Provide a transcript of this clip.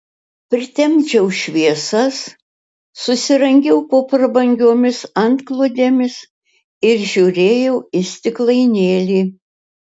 pritemdžiau šviesas susirangiau po prabangiomis antklodėmis ir žiūrėjau į stiklainėlį